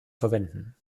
verwenden